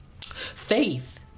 Faith